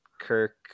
Kirk